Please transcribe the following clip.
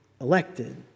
elected